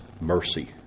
mercy